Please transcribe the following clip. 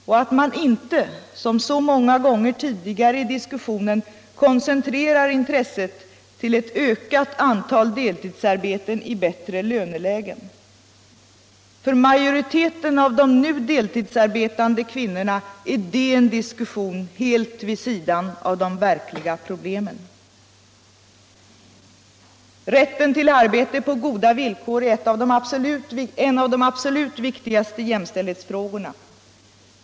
Och att man inte, som så många gånger tidigare i diskussionen, koncentrerar intresset till ett ökat antal deltidsarbeten i bättre lönelägen. För majoriteten. av de nu deltidsarbetande kvinnorna är det en diskussion helt vid sidan av de verkliga problemen. Rätten till arbete på goda villkor är en av de absolut viktigaste jämställdhetsfrågorna.